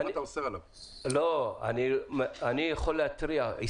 לא מה אתה אוסר עליו?